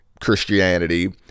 Christianity